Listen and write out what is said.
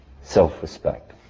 self-respect